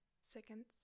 seconds